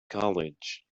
college